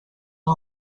não